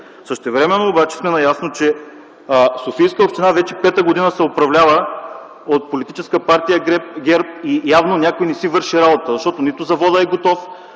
Същевременно сме наясно, че Софийска община вече пета година се управлява от политическа партия ГЕРБ. Явно някой ни си върши работата, защото нито заводът е готов,